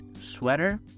sweater